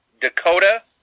Dakota